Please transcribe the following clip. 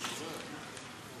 הרווחה והבריאות נתקבלה.